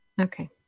okay